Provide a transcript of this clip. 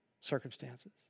circumstances